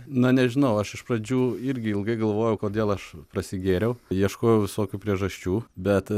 na nežinau aš iš pradžių irgi ilgai galvojau kodėl aš prasigėriau ieškojau visokių priežasčių bet